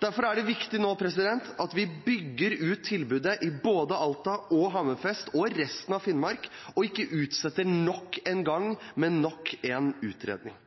Derfor er det viktig at vi nå bygger ut tilbudet både i Alta og Hammerfest og i resten av Finnmark, og ikke utsetter dette nok en gang med nok en utredning.